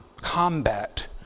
combat